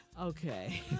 Okay